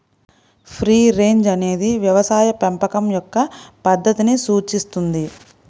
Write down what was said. free range అనేది వ్యవసాయ పెంపకం యొక్క పద్ధతిని సూచిస్తుంది